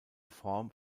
form